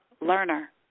learner